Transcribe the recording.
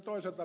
päivältä